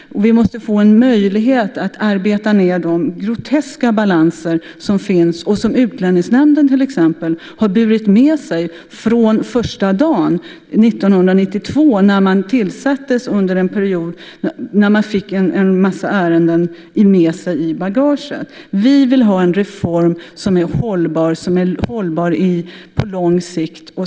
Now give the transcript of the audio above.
Vi måste få en möjlighet att arbeta ned de groteska balanser som finns. Utlänningsnämnden har burit med sig dessa balanser från första dagen 1992 när den tillsattes. Då fick man en massa ärenden med sig i bagaget. Vi vill ha en reform som är hållbar på lång sikt.